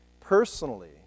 Personally